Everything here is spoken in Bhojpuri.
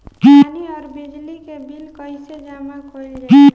पानी और बिजली के बिल कइसे जमा कइल जाला?